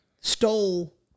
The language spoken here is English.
stole